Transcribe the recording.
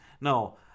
No